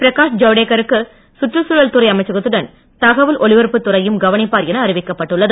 பிரகாஷ் ஜவ்டேக்கர் சுற்றுச்சூழல் துறை அமைச்சகத்துடன் தகவல் ஒலிப்பரப்புத் துறையையும் கவனிப்பார் என அறிவிக்கப்பட்டுள்ளது